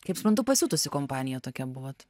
kaip suprantu pasiutusi kompanija tokia buvot